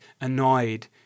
annoyed